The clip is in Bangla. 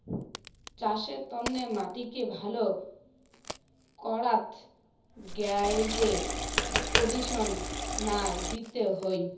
চাসের তন্নে মাটিকে ভালো করাত গ্যালে কন্ডিশনার দিতে হই